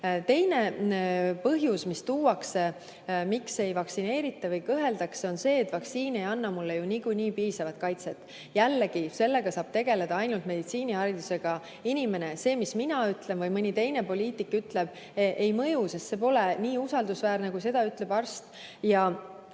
Teine põhjus, mis tuuakse, miks ei vaktsineerita või kõheldakse, on see, et vaktsiin ei anna mulle ju niikuinii piisavalt kaitset. Jällegi, sellega saab tegeleda ainult meditsiiniharidusega inimene. See, mis mina ütlen või mõni teine poliitik ütleb, ei mõju, sest see pole sama usaldusväärne, kui seda ütleb arst.